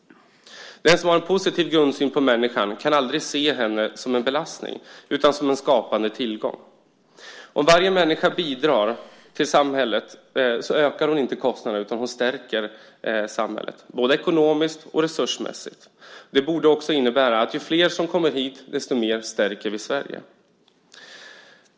Den som har en positiv grundsyn på människan kan aldrig se henne som en belastning utan som en skapande tillgång. Om varje människa bidrar till samhället så ökar hon inte kostnaderna utan hon stärker samhället, både ekonomiskt och resursmässigt. Det borde också innebära att ju flera som kommer hit, desto mer stärker vi Sverige.